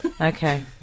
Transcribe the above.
Okay